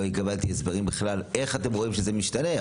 לא קיבלתי הסברים איך אתם רואים שזה משתנה.